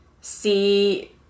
see